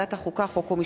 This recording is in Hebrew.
תודה.